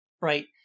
right